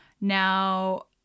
Now